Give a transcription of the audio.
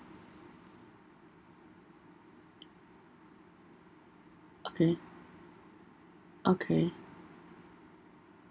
okay okay